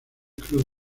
cruz